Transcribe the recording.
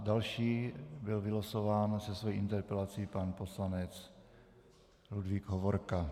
Další byl vylosován se svou interpelací pan poslanec Ludvík Hovorka.